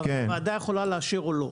אבל הוועדה יכולה לאשר או לא.